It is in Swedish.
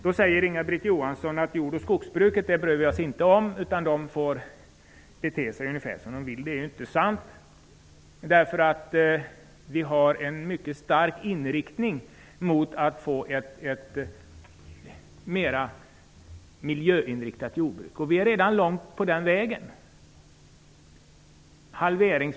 Inga-Britt Johansson säger att jord och skogsbruket bryr vi oss inte om, utan de näringarna får bete sig ungefär som de vill. Det är inte sant. Vi har en mycket stark önskan att få ett mera miljöinriktat jordbruk, och vi har redan kommit långt på den vägen.